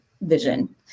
Vision